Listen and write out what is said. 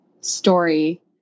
story